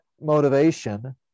motivation